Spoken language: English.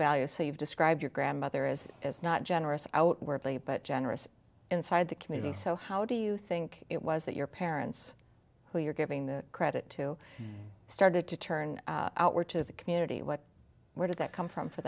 value so you've described your grandmother is as not generous outwardly but generous inside the community so how do you think it was that your parents who you're giving the credit to started to turn out were to the community what where did that come from for